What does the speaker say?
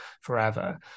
forever